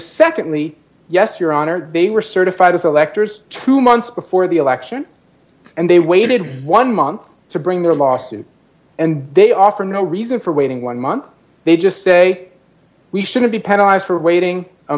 secondly yes your honor they were certified as electors two months before the election and they waited one month to bring their lawsuit and they offer no reason for waiting one month they just say we shouldn't be penalized for waiting a